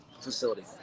facility